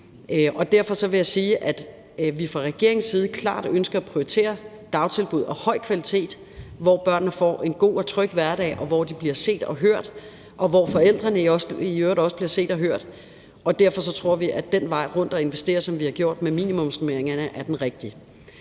Derfor vil jeg sige, at vi fra regeringens side klart ønsker at prioritere dagtilbud af høj kvalitet, hvor børnene får en god og tryg hverdag, og hvor de bliver set og hørt, og hvor forældrene i øvrigt også bliver set og hørt. Derfor tror vi, at den vej rundt med at investere, som vi har gjort med minimumsnormeringerne, er den rigtige.